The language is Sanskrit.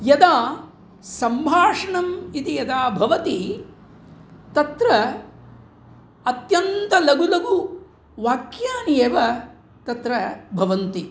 यदा सम्भाषणम् इति यदा भवति तत्र अत्यन्त लघु लघु वाक्यानि एव तत्र भवन्ति